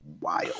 wild